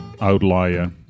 outlier